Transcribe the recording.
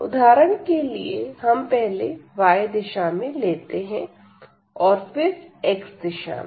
उदाहरण के लिए हम पहले y दिशा में लेते हैं और फिर x दिशा में